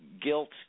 guilt